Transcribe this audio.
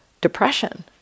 depression